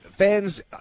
fans